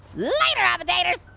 later appitators.